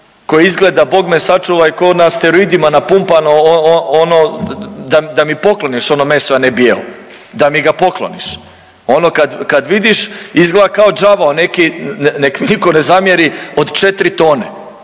koje izgleda bog me sačuvaj ko na steroidima napumpano ono da mi pokloniš ono meso ja ne bi jeo, da mi ga pokloniš. Ono kad vidiš izgled kao đavao neki nek nitko ne zamjeri od 4 tone.